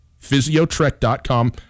Physiotrek.com